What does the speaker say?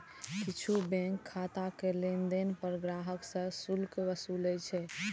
किछु बैंक खाताक लेनदेन पर ग्राहक सं शुल्क वसूलै छै